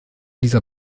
dieser